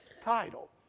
title